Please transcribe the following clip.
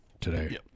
today